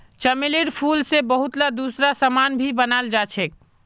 चमेलीर फूल से बहुतला दूसरा समान भी बनाल जा छे